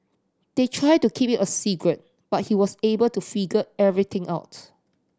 they tried to keep it a secret but he was able to figure everything out